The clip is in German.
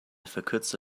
verkürzte